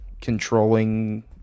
controlling